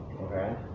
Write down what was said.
Okay